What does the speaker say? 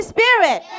Spirit